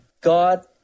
God